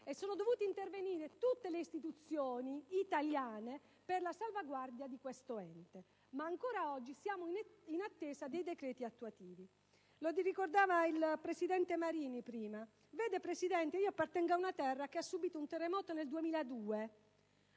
e sono dovute intervenire tutte le istituzioni italiane per la sua salvaguardia. Ancora oggi siamo in attesa dei decreti attuativi. Ne ha parlato il presidente Marini poc'anzi: vede, Presidente, appartengo a una terra che ha subito un terremoto nel 2002